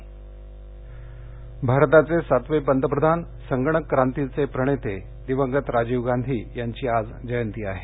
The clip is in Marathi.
जयंती भारताचे सातवे पंतप्रधान संगणक क्रांतीचे प्रणेते दिवंगत राजीव गांधी यांची आज जयंती आहे